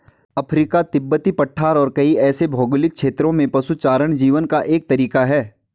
Africa, तिब्बती पठार और कई ऐसे भौगोलिक क्षेत्रों में पशुचारण जीवन का एक तरीका है